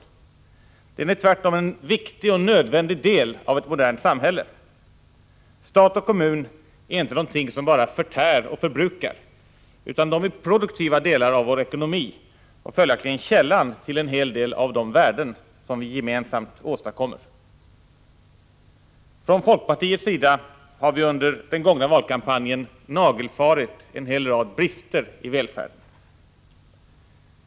Den är tvärto: en viktig och nödvändig del av ett modernt samhälle. Stat och kommun äl inte något som bara förtär och förbrukar, utan de är produktiva delar av vår ekonomi och följaktligen källan till en hel del av de värden som vi gemensam åstadkommer. | Från folkpartiets sida har vi under den gångna valkampanjen nagelfarit e; hel rad brister i välfärden.